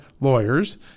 lawyers